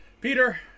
Peter